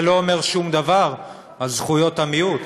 זה לא אומר שום דבר על זכויות המיעוט.